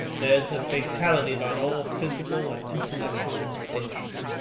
there is a fatality about all physical and intellectual distinction,